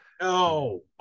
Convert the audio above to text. No